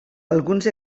alguns